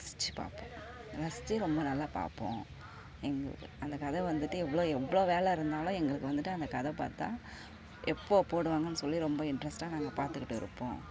ரசிச்சு பார்ப்போம் ரசிச்சு ரொம்ப நல்லா பார்ப்போம் எங்களுக்கு அந்த கதை வந்துவிட்டு எவ்வளோ எவ்வளோ வேலை இருந்தாலும் எங்களுக்கு வந்துவிட்டு அந்த கதை பார்த்தா எப்போ போடுவாங்கன்னு சொல்லி ரொம்ப இன்ட்ரஸ்ட்டாக நாங்கள் பார்த்துக்கிட்டு இருப்போம்